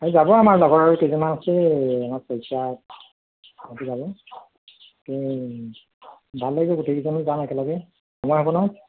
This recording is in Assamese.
এই যাব আমাৰ লগৰ কেইজনমান আছে শইকীয়া সিহঁতে যাব ভাল লাগিব গোটেইকেইজন যাম একেলগে সময় হ'ব নহয়